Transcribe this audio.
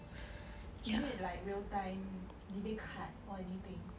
is it like real time did they cut or anything